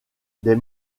des